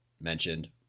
mentioned